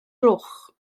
gloch